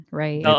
right